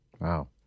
wow